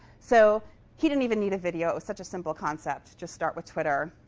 so he didn't even need a video. it was such a simple concept. just start with twitter,